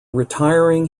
retiring